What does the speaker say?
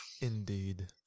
Indeed